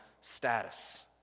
status